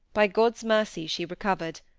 by god's mercy she recovered,